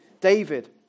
David